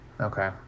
Okay